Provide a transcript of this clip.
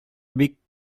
бик